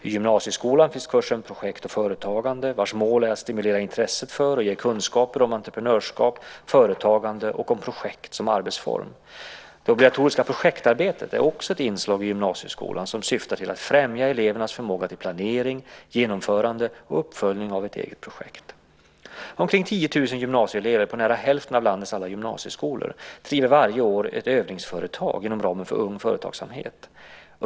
I gymnasieskolan finns kursen Projekt och företagande, vars mål är att stimulera intresset för och ge kunskaper om entreprenörskap, företagande och projekt som arbetsform. Det obligatoriska projektarbetet är också ett inslag i gymnasieskolan som syftar till att främja elevernas förmåga till planering, genomförande och uppföljning av ett eget projekt. Omkring 10 000 gymnasieelever på nära hälften av landets alla gymnasieskolor driver varje år ett övningsföretag inom ramen för Ung Företagsamhet.